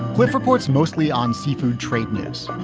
which reports mostly on seafood trade, news,